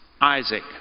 Isaac